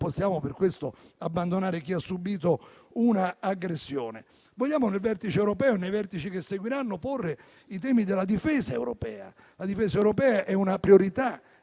possiamo per questo abbandonare chi ha subìto un'aggressione. Vogliamo nel vertice europeo e in quelli che seguiranno porre i temi della difesa europea. La difesa europea è una priorità